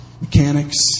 mechanics